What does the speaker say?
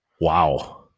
Wow